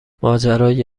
ماجرای